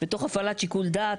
ותוך הפעלת שיקול דעת.